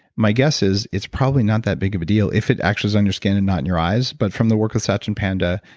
my guess is it's probably not that big of a deal if it actually is on your skin and not in your eyes, but from the work of satchin panda,